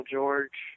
George